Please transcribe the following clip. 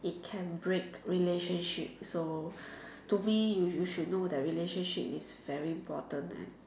it can break relationship so to me you you should know that relationship is very important and